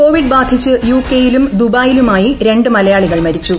Covid ബാധിച്ച് ്യു ്കെയിലും ദുബായിലുമായി രണ്ട് മലയാളികൾ ്മരിച്ചു